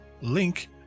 link